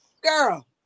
girl